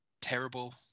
terrible